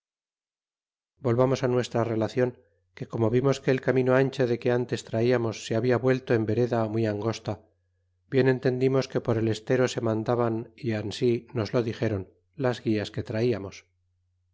volvamos nuestra relacion que como vimos que el camino ancho que de ntes traiamos se habla vuelto en vereda muy angosta bien entendimos que por el estero se mandaban ó ansi nos lo dixéron las guias que traiamos